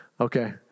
Okay